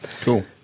cool